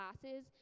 classes